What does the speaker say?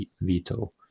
veto